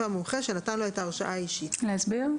המומחה שנתן לו את ההרשאה האישית"; להסביר?